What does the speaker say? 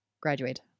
graduate